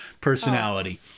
personality